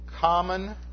common